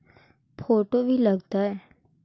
Photo भी लग तै?